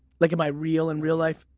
like am i real in real life?